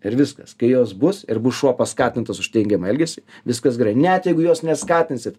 ir viskas kai jos bus ir bus šuo paskatintas už teigiamą elgesį viskas gerai net jeigu juos neskatinsit